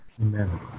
Amen